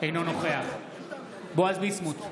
אינו נוכח בועז ביסמוט,